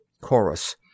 Chorus